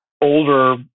older